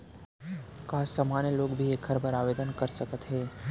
का सामान्य लोग भी एखर बर आवदेन कर सकत हे?